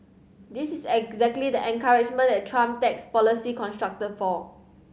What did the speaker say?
this is exactly the encouragement that Trump tax policy constructed for